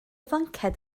flanced